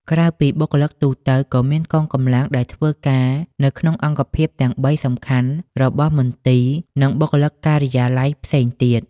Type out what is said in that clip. ក្រៅពីបុគ្គលិកទូទៅ ក៏មានកងកម្លាំងដែលធ្វើការនៅក្នុងអង្គភាពទាំងបីសំខាន់របស់មន្ទីរ និងបុគ្គលិកការិយាល័យផ្សេងទៀត។